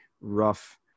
rough